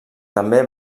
també